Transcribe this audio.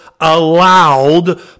allowed